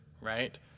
right